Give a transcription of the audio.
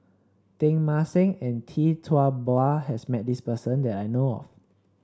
Teng Mah Seng and Tee Tua Ba has met this person that I know of